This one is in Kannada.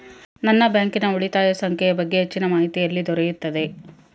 ನನ್ನ ಬ್ಯಾಂಕಿನ ಉಳಿತಾಯ ಸಂಖ್ಯೆಯ ಬಗ್ಗೆ ಹೆಚ್ಚಿನ ಮಾಹಿತಿ ಎಲ್ಲಿ ದೊರೆಯುತ್ತದೆ?